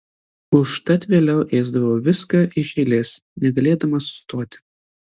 užtat vėliau ėsdavau viską iš eilės negalėdama sustoti